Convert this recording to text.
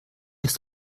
ist